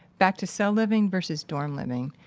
back to cell living versus dorm living.